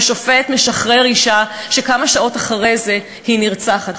ושופט משחרר אישה וכמה שעות אחרי זה היא נרצחת,